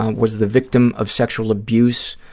um was the victim of sexual abuse